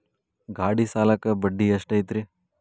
ಗಾಡಿ ಸಾಲಕ್ಕ ಬಡ್ಡಿ ಎಷ್ಟೈತ್ರಿ?